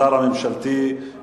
בשידורי ישראל תועבר לוועדת הכנסת,